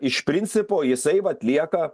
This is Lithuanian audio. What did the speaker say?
iš principo jisai vat lieka